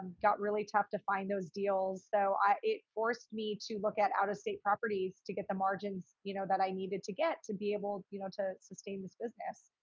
got really tough to find those deals. so it forced me to look at out-of-state properties to get the margins you know that i needed to get, to be able you know to sustain this business.